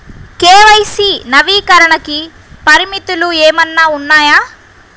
KYC నవీకరణకి పరిమితులు ఏమన్నా ఉన్నాయా?